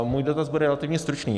Můj dotaz bude relativně stručný.